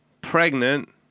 pregnant